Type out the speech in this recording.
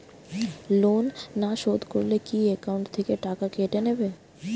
Loan না শোধ করলে কি একাউন্ট থেকে টাকা কেটে নেবে?